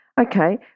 Okay